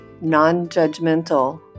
non-judgmental